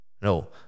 no